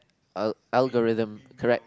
al~ algorithm correct